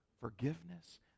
Forgiveness